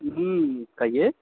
हँ कहिऔ